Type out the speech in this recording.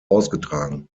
ausgetragen